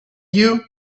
you